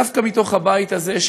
דווקא בבית הזה,